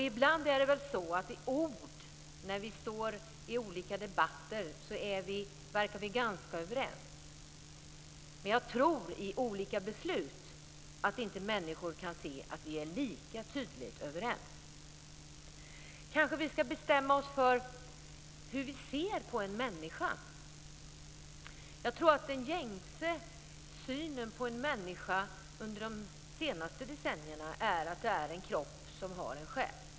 Ibland verkar vi i ord vara ganska överens i olika debatter. Men jag tror inte att människor kan se att vi är lika tydligt överens i olika beslut. Vi ska kanske bestämma oss för hur vi ser på en människa. Jag tror att den gängse synen på en människa under de senaste decennierna är att det är en kropp som har en själ.